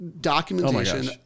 documentation